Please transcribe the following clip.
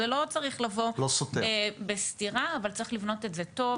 זה לא צריך לבוא בסתירה אבל צריך לבנות את זה טוב,